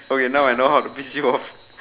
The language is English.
okay now I know how to piss you off